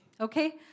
Okay